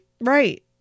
Right